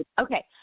Okay